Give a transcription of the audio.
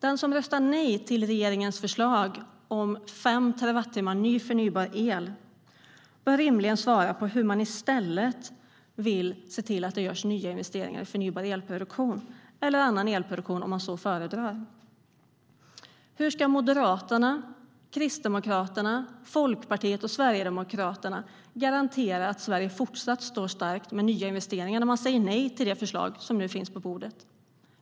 Den som röstar nej till regeringens förslag om fem terawattimmar mer förnybar el bör rimligen svara på frågan om hur man i stället vill se till att det görs nya investeringar i förnybar elproduktion eller annan elproduktion, om man så föredrar. Hur ska Moderaterna, Kristdemokraterna, Folkpartiet och Sverigedemokraterna garantera att Sverige fortsatt står starkt med nya investeringar när man säger nej till det förslag som nu finns på bordet?